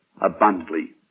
abundantly